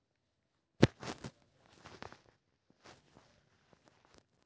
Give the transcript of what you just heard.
दुर्घटना बीमा व्यक्ति आ संपत्तिक नुकसानक के कवर करै बला बीमा होइ छे